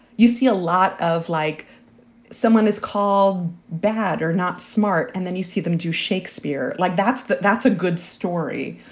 you see, a lot of like someone is call bad or not smart and then you see them do shakespeare. like, that's that's a good story.